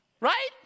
right